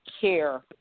care